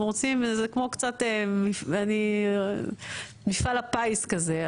אנחנו רוצים קצת כמו מפעל הפיס הזה.